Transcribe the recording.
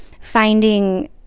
finding